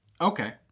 Okay